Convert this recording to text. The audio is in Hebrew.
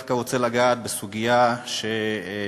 ניצולי שואה ופליטי שואה,